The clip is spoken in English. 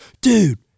dude